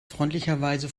freundlicherweise